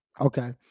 Okay